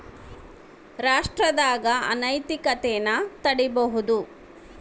ರಾಷ್ಟ್ರದಾಗ ಅನೈತಿಕತೆನ ತಡೀಬೋದು